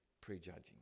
prejudging